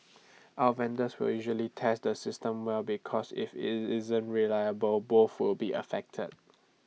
our vendors will usually test the systems well because if IT isn't reliable both will be affected